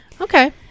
Okay